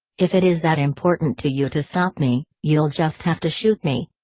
if it is that important to you to stop me, you'll just have to shoot me.